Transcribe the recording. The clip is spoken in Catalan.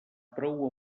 prou